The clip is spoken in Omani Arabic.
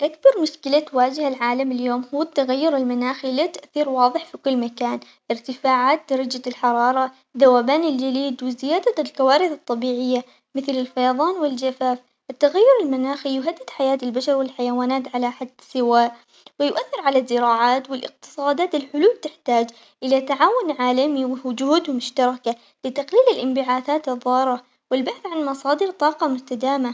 أكبر مشكلة تواجه العالم اليوم هو التغير المناخي له تأثير واضح في كل مكان، ارتفاعات درجات الحراة، ذوبان الجليد وزيادة الكوارث الطبيعية مثل الفيضان والجفاف، التغير المناخي يهدد حياة البشر والحيوانات على حد سواء ويؤثر على الزراعات والاقتصادات، الحلول تحتاج إلى تعاون عالمي وجهود مشتركة لتقليل الانبعاثات الضارة والبحث عن مصادر طاقة مستدامة.